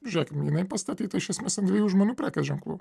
žiūrėkim jinai pastatyta iš esmės dviejų žmonių prekės ženklų